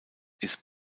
ist